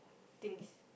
things